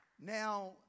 now